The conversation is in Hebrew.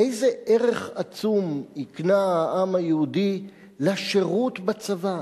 איזה ערך עצום הקנה העם היהודי לשירות בצבא.